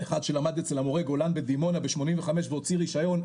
אחד שלמד אצל המורה גולן בדימונה ב-85 והוציא רישיון,